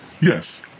Yes